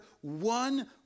one